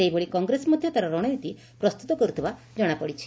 ସେହିଭଳି କଂଗ୍ରେସ ମଧ୍ଘ ତା'ର ରଣନୀତି ପ୍ରସ୍ତୁତ କରୁଥିବା ଜଣାପଡିଛି